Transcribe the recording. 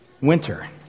winter